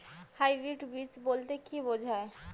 Hybrid বীজ বলতে কী বোঝায়?